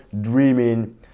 dreaming